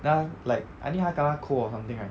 then 他 like I think 他 kena cold or something right